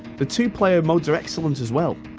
the two-player modes are excellent as well